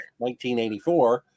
1984